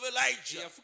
Elijah